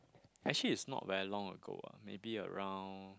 actually is not very long ago lah maybe around